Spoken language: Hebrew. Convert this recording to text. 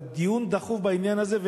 אלא דיון דחוף בעניין הזה.